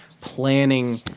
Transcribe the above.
planning